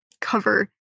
cover